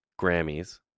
Grammys